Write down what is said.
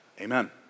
Amen